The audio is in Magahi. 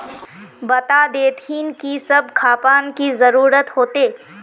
बता देतहिन की सब खापान की जरूरत होते?